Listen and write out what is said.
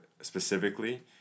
specifically